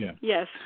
Yes